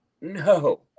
No